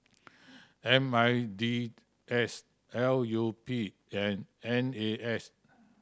M I N D S L U P and N A S